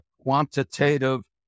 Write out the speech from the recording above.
quantitative